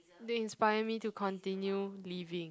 they inspire me to continue living